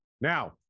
Now